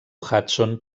hudson